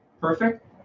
perfect